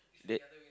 that